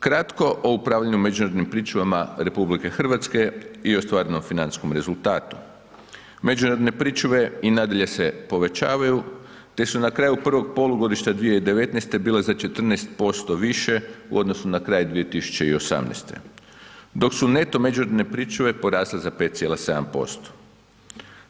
Kratko o upravljanju međunarodnim pričuvama RH i ostvarenom financijskom rezultatu, međunarodne pričuve i nadalje se povećavaju, te su na kraju prvog polugodišta 2019. bile za 14% više u odnosu na kraj 2018., dok su neto međunarodne pričuve porasle za 5,7%